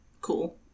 cool